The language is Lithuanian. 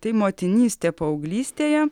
tai motinystė paauglystėje